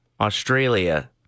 Australia